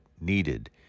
needed